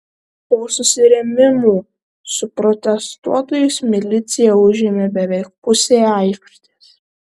po susirėmimų su protestuotojais milicija užėmė beveik pusę aikštės